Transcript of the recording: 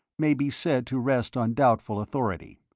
may be said to rest on doubtful authority.